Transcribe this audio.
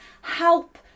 help